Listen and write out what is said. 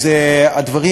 אז הדברים,